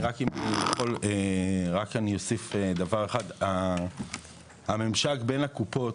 אני רק אוסיף דבר אחד לגבי הממשק בין הקופות: